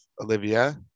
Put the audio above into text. Olivia